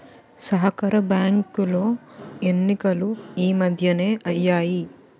సహకార బ్యాంకులో ఎన్నికలు ఈ మధ్యనే అయ్యాయి